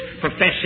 professing